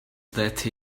that